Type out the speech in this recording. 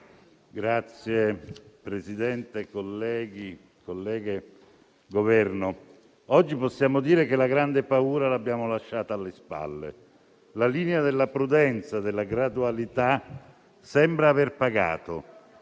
Signor Presidente, colleghi, colleghe, Governo, oggi possiamo dire che la grande paura l'abbiamo lasciata alle spalle. La linea della prudenza e della gradualità sembra aver pagato.